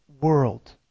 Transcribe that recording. world